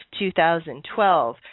2012